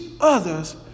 others